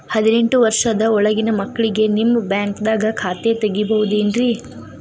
ಹದಿನೆಂಟು ವರ್ಷದ ಒಳಗಿನ ಮಕ್ಳಿಗೆ ನಿಮ್ಮ ಬ್ಯಾಂಕ್ದಾಗ ಖಾತೆ ತೆಗಿಬಹುದೆನ್ರಿ?